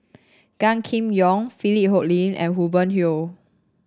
Gan Kim Yong Philip Hoalim and Hubert Hill